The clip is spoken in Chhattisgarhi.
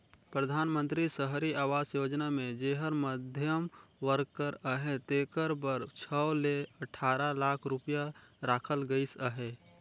परधानमंतरी सहरी आवास योजना मे जेहर मध्यम वर्ग कर अहे तेकर बर छव ले अठारा लाख रूपिया राखल गइस अहे